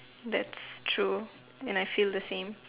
that's true and I feel the same